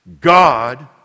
God